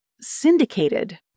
syndicated